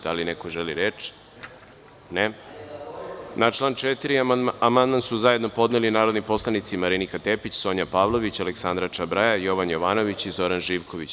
Da li neko želi reč? (Ne) Na član 4. amandman su zajedno podneli narodni poslanici Marinika Tepić, Sonja Pavlović, Aleksandra Čabraja, Jovan Jovanović i Zoran Živković.